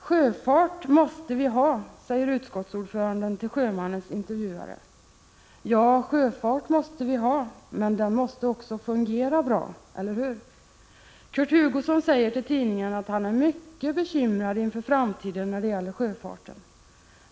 Sjöfart måste vi ha, säger utskottsordföranden till Sjömannens intervjuare. Ja, sjöfart måste vi ha, men den måste också fungera bra, eller hur? Kurt Hugosson säger till tidningen att han är mycket bekymrad inför framtiden när det gäller sjöfarten.